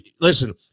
listen